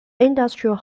industrial